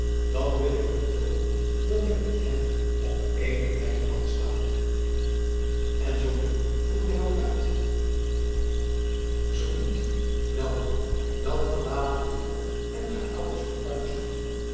dan wil ik hun toonen dat ik met hen op ééne lijn kan staan en zoo niet vroeg deodaat zoo niet welnu dan verlaat ik dit hof en ga elders fortuin zoeken